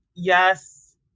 Yes